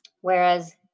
Whereas